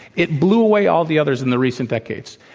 it blew away all the others in the recent decades.